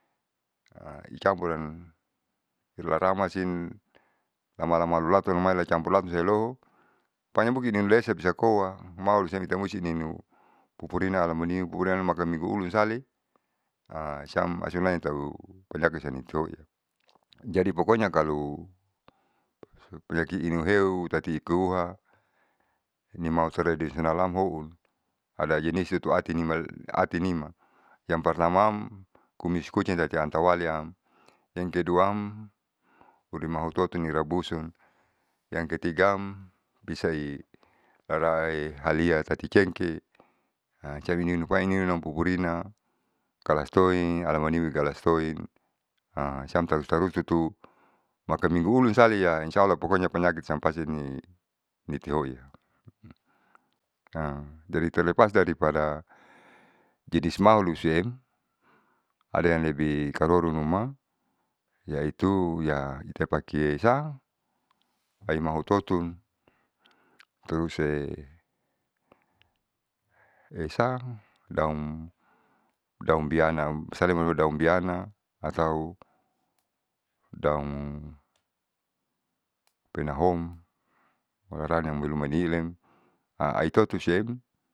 A i campuran ilaramasin lama lama lolatunomai locampuran siamloho pokonya nuniulaesa bisa koa maulitausi ninu pupurina alamanimi pupurina alamaniulunsale siam hasunain tau panyaki san nitoi jadi pokonya kalo pakanyi inuheu tati ikihua nimautadi nikihamhoun ada jenisu ati nima yang pertamam kumis kucing tati antawaliam yang keduam uramhutotu nirabusun yang ketigaam bisai rarae halia tati cengkeh sium ninuampai ninuam pupurina galastoin alamanimi galastoin siam tarus tarus tutu maka minggulun saleam insya allah pokonya panyaki sampasinitihoia jadi terlepas dari pada jenis maulusiem ada yang lebih karoronuma yaitu ya itapake sa baima hutotun terus esan daun daun biana saleman ole daun bisana atau daun pinahong urarani rumanilem haitot siem.